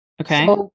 Okay